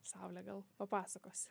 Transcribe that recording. saule gal papasakosi